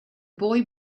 boy